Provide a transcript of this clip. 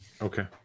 Okay